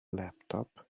laptop